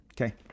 okay